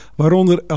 waaronder